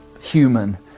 human